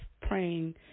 praying